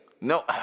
no